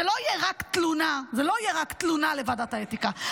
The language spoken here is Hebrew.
זה לא יהיה רק תלונה לוועדת האתיקה,